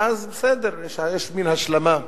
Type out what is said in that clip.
ואז בסדר, יש מין השלמה.